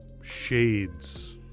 shades